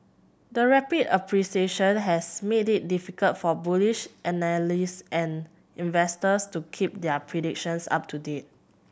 the rapid appreciation has made it difficult for bullish analysts and investors to keep their predictions up to date